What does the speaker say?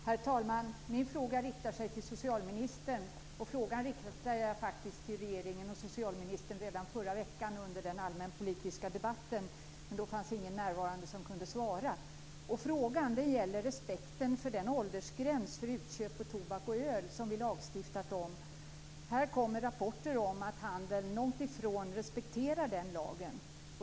Herr talman! Jag vill rikta en fråga till socialministern. Samma fråga riktade jag faktiskt till regeringen och socialministern redan förra veckan i samband med den allmänpolitiska debatten men då fanns ingen närvarande som kunde svara. Min fråga gäller respekten för den åldersgräns för utköp av tobak och öl som vi lagstiftat om. Det kommer rapporter om att handeln långt ifrån respekterar den lagen.